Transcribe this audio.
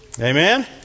Amen